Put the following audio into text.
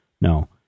No